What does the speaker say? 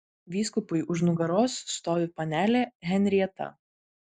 vyskupui už nugaros stovi panelė henrieta